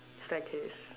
staircase